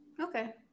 Okay